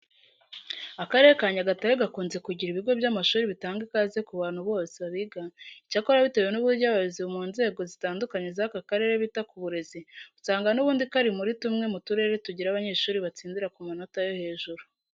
Akarere ka Nyagatare gakunze kugira ibigo by'amashuri bitanga ikaze ku bantu bose babigana. Icyakora bitewe n'uburyo abayobozi mu nzego zitandukanye z'aka karere bita ku burezi, usanga n'ubundi kari muri tumwe mu turere tugira abanyeshuri batsindira ku manota yo hejuru.